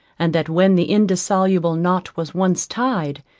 and that when the indissoluble knot was once tied,